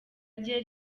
rye